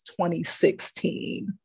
2016